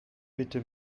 bitte